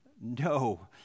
No